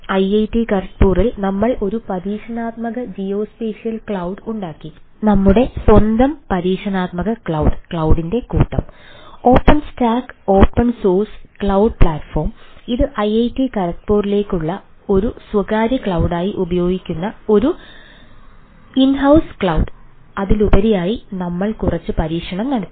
IIT ഖരഗ്പൂരിൽ നമ്മൾ ഒരു പരീക്ഷണാത്മക ജിയോസ്പേഷ്യൽ ക്ലൌഡ് അതിലുപരിയായി നമ്മൾ കുറച്ച് പരീക്ഷണം നടത്തി